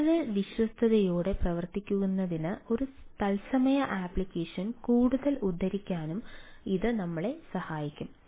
കൂടുതൽ വിശ്വസ്തതയോടെ പ്രവർത്തിപ്പിക്കുന്നതിന് ഒരു തത്സമയ ആപ്ലിക്കേഷൻ കൂടുതൽ ഉദ്ധരിക്കാനും ഉദ്ധരിക്കാനും ഇത് നമ്മളെ സഹായിക്കും